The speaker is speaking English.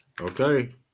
Okay